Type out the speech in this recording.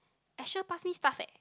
Asher pass me stuff eh